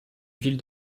ville